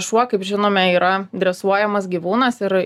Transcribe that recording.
šuo kaip žinome yra dresuojamas gyvūnas ir